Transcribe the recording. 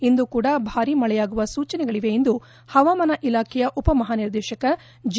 ಇಂದೂ ಕೂಡ ಭಾರೀ ಮಳೆಯಾಗುವ ಸೂಚನೆಗಳಿವೆ ಎಂದು ಹವಾಮಾನ ಇಲಾಖೆಯ ಉಪಮಹಾನಿರ್ದೇಶಕ ಜೆ